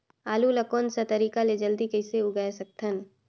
आलू ला कोन सा तरीका ले जल्दी कइसे उगाय सकथन?